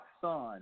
son